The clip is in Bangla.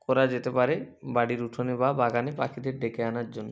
করা যেতে পারে বাড়ির উঠোনে বা বাগানে পাখিদের ডেকে আনার জন্য